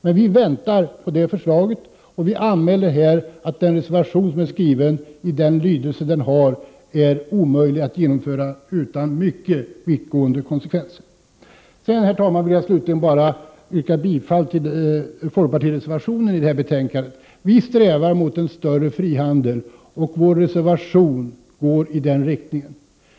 Men vi i folkpartiet väntar på detta förslag, och vi anmäler här att det som föreslås i reservation 3 är omöjligt att genomföra utan mycket vittgående konsekvenser. Herr talman! Slutligen vill jag bara yrka bifall till folkpartireservationen i detta betänkande. Folkpartiet strävar efter en större frihandel, och vår reservation går i denna riktning.